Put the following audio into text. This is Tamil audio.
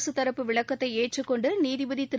அரசுதரப்பு விளக்கத்தைஏற்றுக் கொண்டநீதிபதிதிரு